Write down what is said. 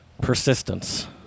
persistence